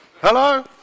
Hello